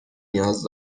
نیاز